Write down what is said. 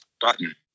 Button